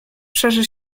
szerzy